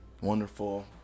wonderful